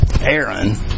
Aaron